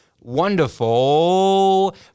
wonderful